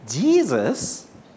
Jesus